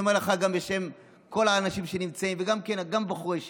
אני אומר לך גם בשם כל האנשים שנמצאים וגם בחורי ישיבות: